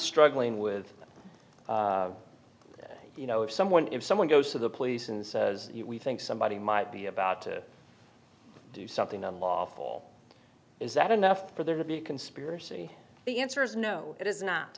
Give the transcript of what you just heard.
struggling with you know if someone if someone goes to the police and says we think somebody might be about to do something unlawful is that enough for there to be a conspiracy the answer is no it is not